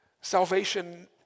Salvation